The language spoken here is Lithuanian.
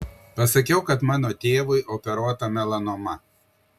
pasakiau kad mano tėvui operuota melanoma